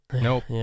Nope